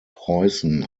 preußen